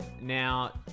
Now